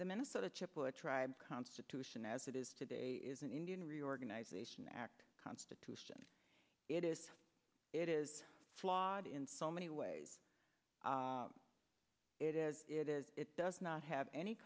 the minnesota to put tribe constitution as it is today is an indian reorganization act constitution it is it is flawed in so many ways it is it is it does not have any